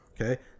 okay